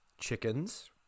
chickens